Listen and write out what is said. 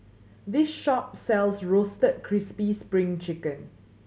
this shop sells Roasted Crispy Spring Chicken